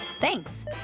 Thanks